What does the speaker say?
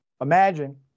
imagine